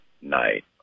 night